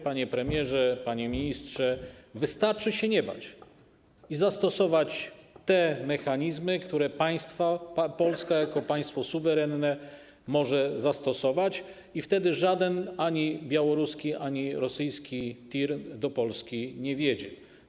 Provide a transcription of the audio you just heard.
Panie premierze, panie ministrze, wystarczy się nie bać i zastosować te mechanizmy, które Polska jako suwerenne państwo może zastosować, i wtedy żaden: ani białoruski, ani rosyjski tir do Polski nie wjedzie.